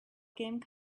game